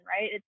right